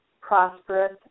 prosperous